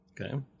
Okay